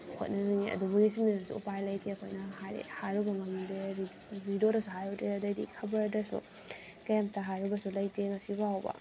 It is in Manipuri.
ꯈꯣꯠꯍꯟꯅꯤꯡꯉꯦ ꯑꯗꯨꯕꯨ ꯌꯦꯡꯁꯤꯟꯗ꯭ꯔꯁꯨ ꯎꯄꯥꯏ ꯂꯩꯇꯦ ꯑꯩꯈꯣꯏꯅ ꯍꯥꯏꯗꯤ ꯍꯥꯏꯔꯨꯕ ꯉꯝꯗꯦ ꯔꯦꯗꯤꯑꯣꯗꯁꯨ ꯍꯥꯏꯔꯨꯗ꯭ꯔꯦ ꯑꯗꯩꯗꯤ ꯈꯕꯔꯗꯁꯨ ꯀꯩꯝꯇ ꯍꯥꯏꯔꯨꯕꯁꯨ ꯂꯩꯇꯦ ꯉꯁꯤ ꯐꯥꯎꯕ